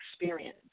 experience